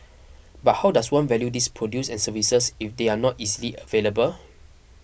but how does one value these produce and services if they are not easily available